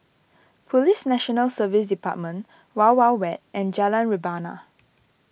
Police National Service Department Wild Wild Wet and Jalan Rebana